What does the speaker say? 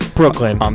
brooklyn